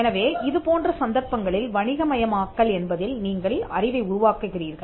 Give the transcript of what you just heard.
எனவே இது போன்ற சந்தர்ப்பங்களில் வணிகமயமாக்கல் என்பதில் நீங்கள் அறிவை உருவாக்குகிறீர்கள்